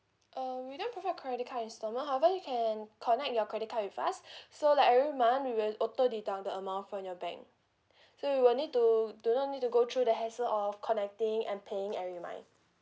um we don't provide credit card installment however you can connect your credit card with us so like every month we will auto deduct the amount from your bank so you will need to do not need to go through the hassle of connecting and paying and remind